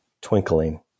twinkling